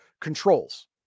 controls